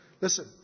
Listen